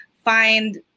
find